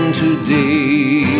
today